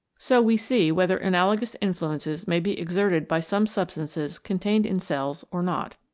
so we see whether analogous influences may be exerted by some substances contained in cells or not.